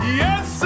yes